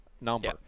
number